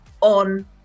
on